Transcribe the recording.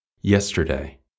Yesterday